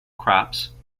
crops